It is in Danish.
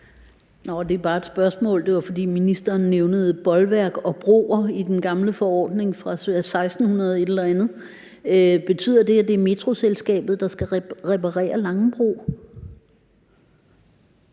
Det er bare et spørgsmål. Det var, fordi ministeren nævnte bolværker og broer i den gamle forordning fra 1600-et eller andet. Betyder det, at det er Metroselskabet, der skal reparere Langebro?